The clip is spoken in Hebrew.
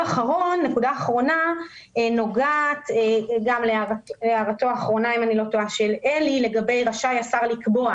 נקודה אחרונה נוגעת להערתו של אלי לגבי "רשאי השר לקבוע